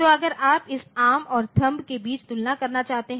तो अगर आप इस एआरएम और थंब के बीच तुलना करना चाहते हैं